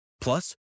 Plus